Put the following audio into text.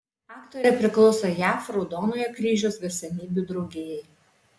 aktorė priklauso jav raudonojo kryžiaus garsenybių draugijai